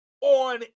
on